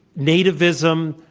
nativism,